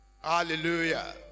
Hallelujah